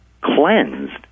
cleansed